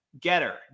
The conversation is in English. Getter